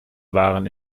waren